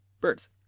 birds